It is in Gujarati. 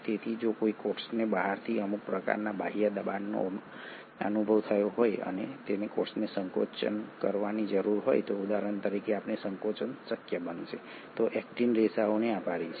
તેથી જો કોઈ કોષને બહારથી અમુક પ્રકારના બાહ્ય દબાણનો અનુભવ થયો હોય અને કોષને સંકોચન કરવાની જરૂર હોય ઉદાહરણ તરીકે આ સંકોચન શક્ય બનશે તો એક્ટિન રેસાઓને આભારી છે